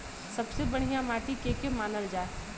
सबसे बढ़िया माटी के के मानल जा?